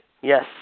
Yes